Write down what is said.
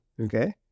Okay